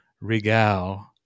regal